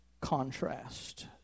contrast